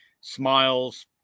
smiles